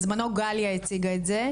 בזמנו גליה הציגה את זה.